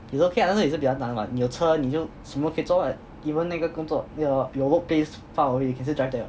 it's okay ah sometimes 也是比较难 what 你有车你就什么都可以做啊 even 那个工作 your your workplace far away you can still drive there what